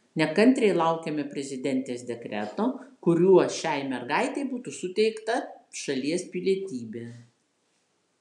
nekantriai laukiame prezidentės dekreto kuriuo šiai mergaitei būtų suteikta šalies pilietybė